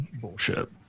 bullshit